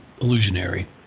illusionary